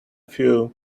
few